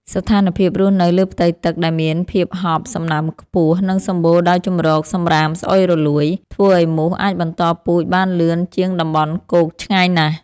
ស្ថានភាពរស់នៅលើផ្ទៃទឹកដែលមានភាពហប់ សំណើមខ្ពស់ និងសម្បូរដោយជម្រកសម្រាមស្អុយរលួយ ធ្វើឱ្យមូសអាចបន្តពូជបានលឿនជាងតំបន់គោកឆ្ងាយណាស់។